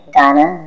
Ghana